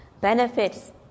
benefits